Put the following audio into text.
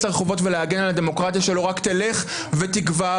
לרחובות ולהגן על הדמוקרטיה רק תלך ותגבר,